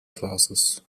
classes